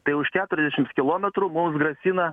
tai už keturiasdešims kilometrų mums grasina